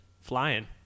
flying